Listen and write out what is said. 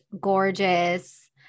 gorgeous